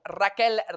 Raquel